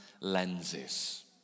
lenses